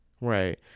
right